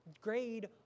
grade